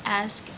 ask